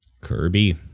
Kirby